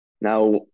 Now